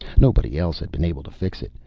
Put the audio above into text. nobody else had been able to fix it,